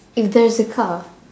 if there is a car